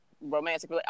romantic